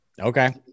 Okay